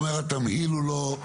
אתה אומר שהתמהיל הוא לא נכון.